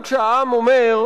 בשבוע שעבר,